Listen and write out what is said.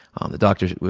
um the doctors,